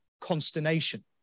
consternation